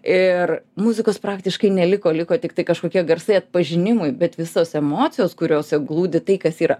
ir muzikos praktiškai neliko liko tiktai kažkokie garsai atpažinimui bet visos emocijos kuriose glūdi tai kas yra